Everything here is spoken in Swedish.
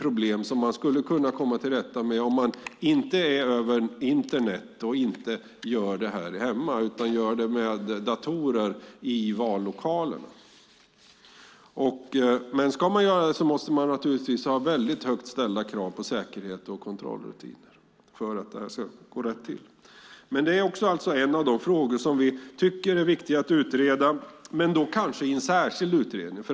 Röstningen ska inte ske över Internet eller hemma utan med datorer i vallokalerna. Man måste givetvis ställa höga krav på säkerhet och kontroll så att det går rätt till. Denna fråga är viktig att utreda, kanske i en särskild utredning.